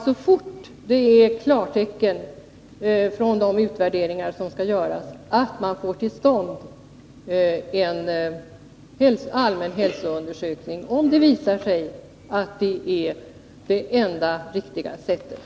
Så fort vi får klartecken från de utvärderingar som skall göras är det viktigt att vi får till stånd en allmän hälsoundersökning, om det visar sig att det är det enda riktiga sättet.